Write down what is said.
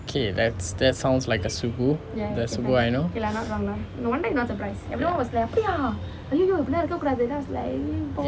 okay that's that sounds like a subu that's who I know